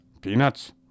Peanuts